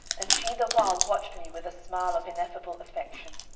and she the while watched me with a smile of ineffable affection.